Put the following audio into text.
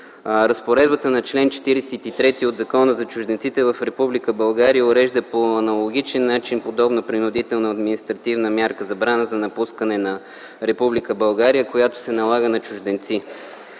Разпоредбата на чл. 43 от Закона за чужденците в Република България урежда по аналогичен начин подобна принудителна административна мярка – забрана за напускане на Република България, която се налага на чужденци.